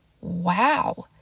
Wow